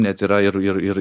net yra ir ir ir